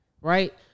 right